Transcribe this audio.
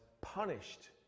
punished